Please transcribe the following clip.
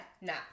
nah